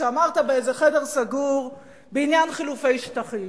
שאמרת באיזה חדר סגור בעניין חילופי שטחים.